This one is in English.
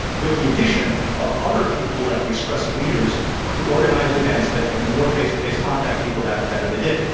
with the addition of other people like the expressive leaders who organised events that meant more face-to-face contact people had the better they did.